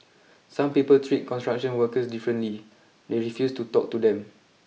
some people treat construction workers differently they refuse to talk to them